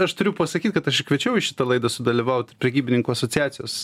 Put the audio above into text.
aš turiu pasakyt kad aš kviečiau į šitą laidą sudalyvaut prekybininkų asociacijos